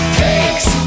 takes